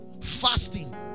fasting